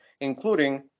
including